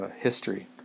history